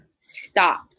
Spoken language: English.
stopped